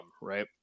right